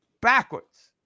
Backwards